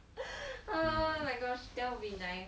oh my gosh that'll be nice